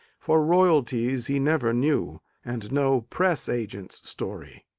for royalties he never knew and no press agent's story.